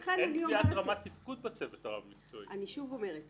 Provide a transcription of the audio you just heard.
לכן, אני אומרת